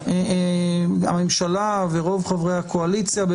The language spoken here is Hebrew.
הממשלה ורוב חברי הקואליציה,